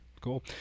Cool